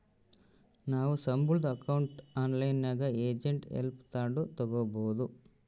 ನಾವು ಸಂಬುಳುದ್ ಅಕೌಂಟ್ನ ಆನ್ಲೈನ್ನಾಗೆ ಏಜೆಂಟ್ ಹೆಲ್ಪ್ ತಾಂಡು ತಗೀಬೋದು